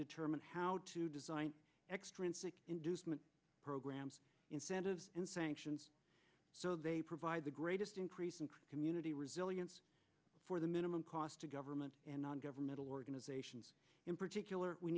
determine how to design extrinsic inducement programs incentives and sanctions so they provide the greatest increase in community resilience for the minimum cost to government and non governmental organizations in particular we